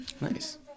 Nice